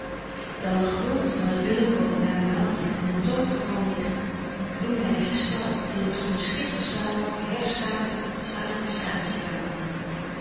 dan de glorie van het binnenkomen na den maaltijd in een toover van licht bloemen en kristal in de tot een schitter zaal herschapen saaie